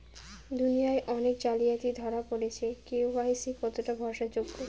দুনিয়ায় অনেক জালিয়াতি ধরা পরেছে কে.ওয়াই.সি কতোটা ভরসা যোগ্য?